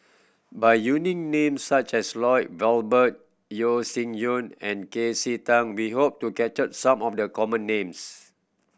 by using names such as Lloyd Valberg Yeo Shih Yun and K C Tang we hope to capture some of the common names